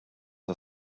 are